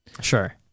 Sure